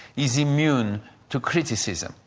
is immune to criticism.